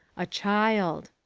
a child.